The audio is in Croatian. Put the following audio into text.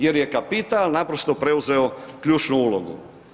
Jer je kapital naprosto preuzeo ključnu ulogu.